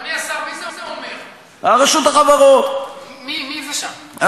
אדוני השר, מי זה אומר?